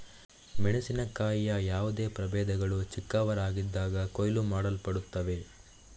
ಮೆಣಸಿನಕಾಯಿಯ ಯಾವುದೇ ಪ್ರಭೇದಗಳು ಚಿಕ್ಕವರಾಗಿದ್ದಾಗ ಕೊಯ್ಲು ಮಾಡಲ್ಪಡುತ್ತವೆ